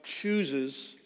chooses